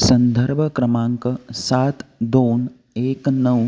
संदर्भ क्रमांक सात दोन एक नऊ